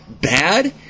bad